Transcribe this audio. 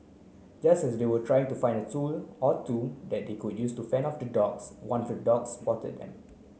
just as they were trying to find a tool or two that they could use to fend off the dogs one of the dogs spotted them